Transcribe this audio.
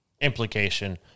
implication